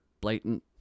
blatant